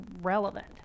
relevant